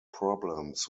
problems